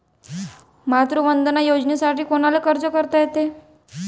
मातृवंदना योजनेसाठी कोनाले अर्ज करता येते?